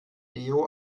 leo